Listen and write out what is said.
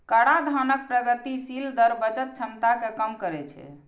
कराधानक प्रगतिशील दर बचत क्षमता कें कम करै छै